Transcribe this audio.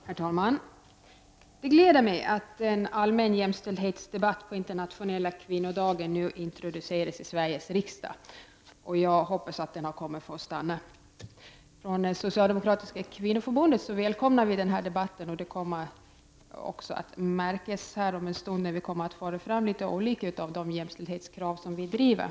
Herr talman! Det gläder mig att en allmän jämställdhetsdebatt på internationella kvinnodagen nu introducerats i Sveriges riksdag. Jag hoppas att den har kommit för att stanna. Socialdemokratiska kvinnoförbundet välkomnar debatten, och det kommer också att märkas här om en stund när vi för fram några av de jämställdhetskrav som vi driver.